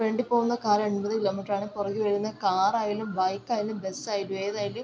ഫ്രണ്ടിൽ പോകുന്ന കാറ് എൺപത് കിലോ മീറ്ററാണേ പുറകിൽ വരുന്ന കാറായാലും ബൈക്കായാലും ബസ്സായാലും ഏതായാലും